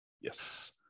Yes